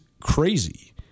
crazy